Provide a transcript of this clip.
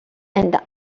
and